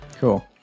cool